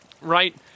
right